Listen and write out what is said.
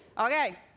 Okay